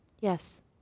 Yes